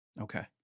Okay